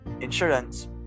insurance